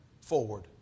forward